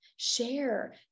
share